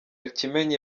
kimenyi